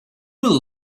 will